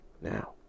now